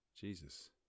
Jesus